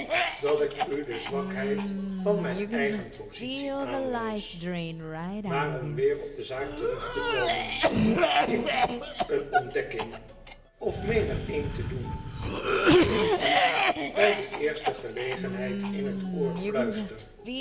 dat ik u de zwakheid de schroef wordt weer aangezet van mijn eigen positie aanwijs maar om weer on de zaak terug te komen ik doe een ontdekking of meen er een te doen die ik u bij de eerste gelegenheid in het oor fluister